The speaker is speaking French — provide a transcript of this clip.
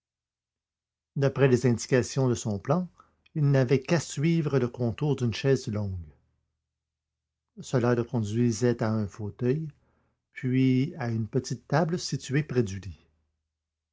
d'après les indications de son plan il n'avait qu'à suivre le contour d'une chaise longue cela le conduisait à un fauteuil puis à une petite table située près du lit